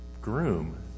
groom